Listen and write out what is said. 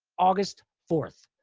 august fourth,